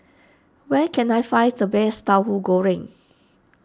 where can I find the best Tauhu Goreng